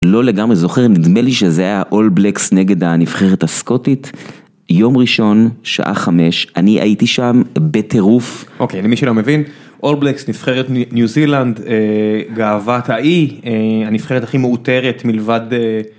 לא לגמרי זוכר, נדמה לי שזה היה אולבלקס נגד הנבחרת הסקוטית. יום ראשון, שעה חמש, אני הייתי שם בטירוף. אוקיי, למי שלא מבין, אולבלקס, נבחרת ניו זילנד, גאוותה אי, הנבחרת הכי מאותרת מלבד...